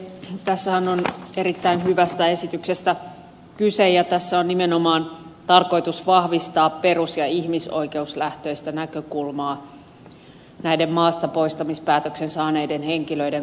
tässähän on erittäin hyvästä esityksestä kyse ja tässä on nimenomaan tarkoitus vahvistaa perus ja ihmisoikeuslähtöistä näkökulmaa näiden maastapoistamispäätöksen saaneiden henkilöiden kohtelussa